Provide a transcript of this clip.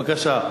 בבקשה.